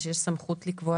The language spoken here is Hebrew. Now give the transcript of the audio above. "קבוצה